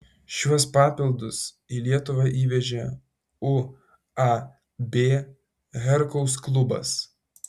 šiuos papildus į lietuvą įvežė uab herkaus klubas